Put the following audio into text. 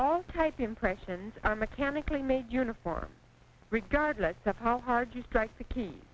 all type impressions are mechanically made uniform regardless of how hard you strike the key